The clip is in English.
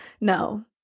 No